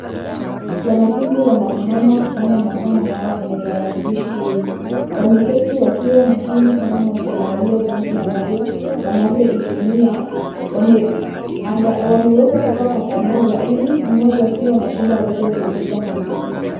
Wanafunzi wanang'ang'ana kufanya masomo yao kwenye tarakilishi hili. Wameketi wakiwa makini sana wakiangalia jinsi ambavyo wanavyoitumia. Wameweza kukaa kwa pamoja, ili mmoja akiwa na shida aweze kuuliza mwenziwe.